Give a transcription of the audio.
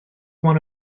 one